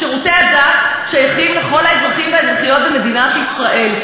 שירותי הדת שייכים לכל האזרחים והאזרחיות במדינת ישראל,